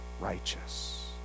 righteous